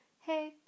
Hey